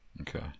Okay